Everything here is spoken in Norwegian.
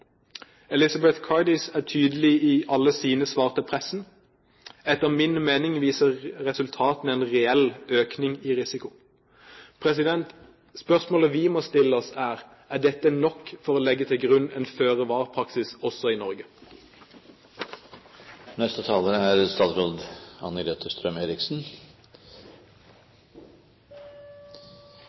Elisabeth Cardis er tydelig i alle sine svar til pressen: Etter min mening viser resultatene en reell økning i risiko. Spørsmålet vi må stille oss, er: Er dette nok for å legge til grunn en føre-var-praksis også i Norge? Interphone-studien er